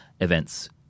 events